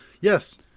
Yes